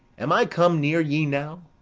am i come near ye now?